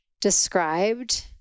described